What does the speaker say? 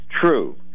True